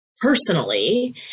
personally